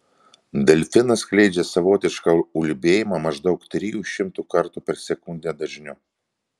delfinas skleidžia savotišką ulbėjimą maždaug trijų šimtų kartų per sekundę dažniu